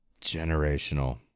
generational